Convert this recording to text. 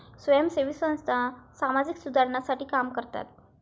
स्वयंसेवी संस्था सामाजिक सुधारणेसाठी काम करतात